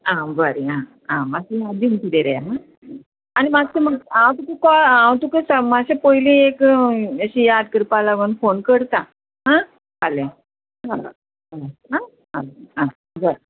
आं बरें आं आं माश्शें याद्दीन किदें रे हां आनी मात्शें म्हाका हांव तुका कॉल हांव तुका मातशें पयलीं एक अशी याद करपा लागोन फोन करता आं फाल्यां आं आं बरें